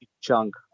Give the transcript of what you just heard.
chunk